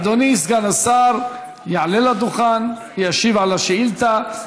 אדוני סגן השר יעלה לדוכן, ישיב על השאילתה.